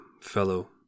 fellow